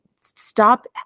stop